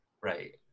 Right